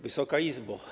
Wysoka Izbo!